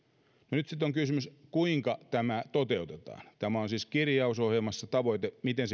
nyt sitten on kysymys kuinka tämä toteutetaan tämä on siis kirjaus ohjelman tavoite mutta miten